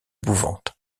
bouvante